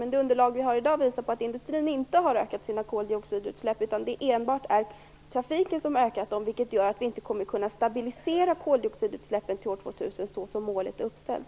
Men det underlag vi har i dag visar att industrin inte har ökat sina koldioxidutsläpp, utan det är enbart trafiken som ökat sina utsläpp. Det gör att vi inte kommer att kunna stabiliera koldioxidutsläppen till år 2000, såsom målet är uppställt.